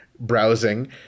browsing